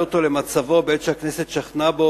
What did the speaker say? ולהביא אותו למצבו בעת שהכנסת שכנה בו,